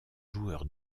joueur